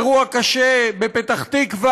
אירוע קשה בפתח-תקווה.